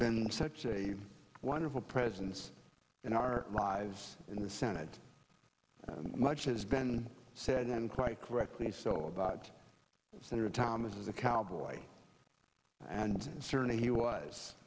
been such a wonderful presence in our lives in the senate what has been said and quite correctly so about senator thomas of the cowboys and certainly he was